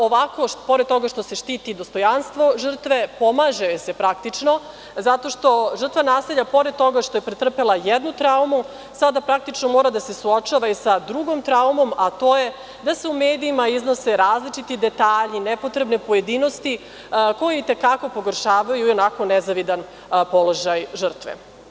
Ovako pored toga što se štiti dostojanstvo žrtve, pomaže joj se praktično zato što žrtva nasilja pored toga što je pretrpela jednu traumu sada praktično mora da se suočava i sa drugom traumom, a to je da se u medijima iznose različiti detalji nepotrebne pojedinosti koju i te kako pogoršavaju i onako nezavidan položaj žrtve.